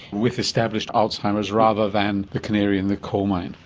with established alzheimer's rather than the canary in the coal mine.